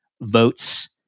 votes